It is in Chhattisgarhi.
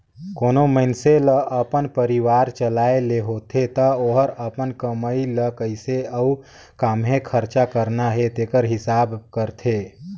कोनो मइनसे ल अपन परिवार चलाए ले होथे ता ओहर अपन कमई ल कइसे अउ काम्हें खरचा करना हे तेकर हिसाब करथे